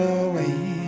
away